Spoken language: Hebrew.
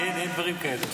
אין דברים כאלה.